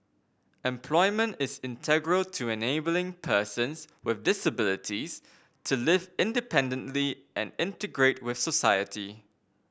employment is integral to enabling persons with disabilities to live independently and integrate with society